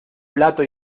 plato